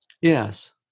Yes